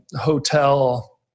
hotel